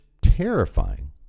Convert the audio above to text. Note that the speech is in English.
terrifying